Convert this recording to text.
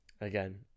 again